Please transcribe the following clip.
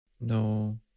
No